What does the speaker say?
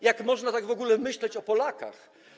Jak można tak w ogóle myśleć o Polakach?